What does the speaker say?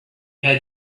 had